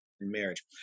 marriage